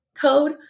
code